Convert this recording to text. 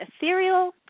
ethereal